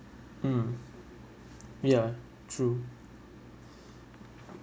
mm ya true